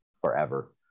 forever